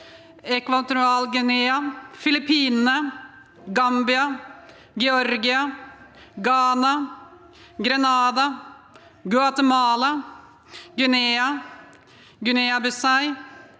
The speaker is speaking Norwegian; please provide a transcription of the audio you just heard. Ekvatorial-Guinea, Filippinene, Gambia, Georgia, Ghana, Grenada, Guatemala, Guinea, Guinea-Bissau,